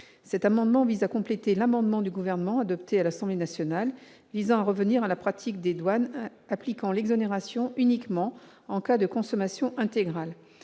Cet amendement tend à compléter l'amendement du Gouvernement adopté par l'Assemblée nationale visant à revenir à la pratique des douanes : appliquer l'exonération uniquement en cas de consommation intégrale.